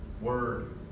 Word